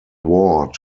ward